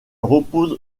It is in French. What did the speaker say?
repose